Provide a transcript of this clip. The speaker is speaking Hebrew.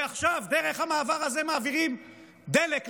ועכשיו דרך המעבר הזה מעבירים דלק.